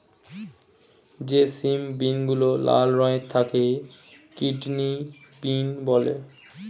যে সিম বিনগুলো লাল রঙের তাকে কিডনি বিন বলে